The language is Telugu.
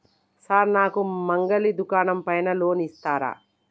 సార్ నాకు మంగలి దుకాణం పైన లోన్ ఇత్తరా?